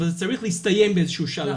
אבל זה צריך להסתיים באיזה שלב.